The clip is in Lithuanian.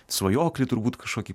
svajoklį turbūt kažkokį